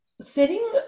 Sitting